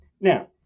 Now